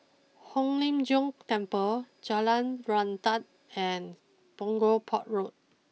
Hong Lim Jiong Temple Jalan Srantan and Punggol Port Road